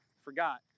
forgot